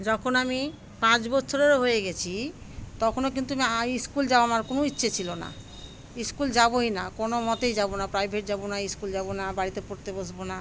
যখন আমি পাঁচ বছরেরও হয়ে গেছি তখনও কিন্তু আমি স্কুল যাওয়া আমার কোনো ইচ্ছে ছিল না স্কুল যাবই না কোনো মতেই যাবো না প্রাইভেট যাবো না স্কুল যাবো না বাড়িতে পড়তে বসব না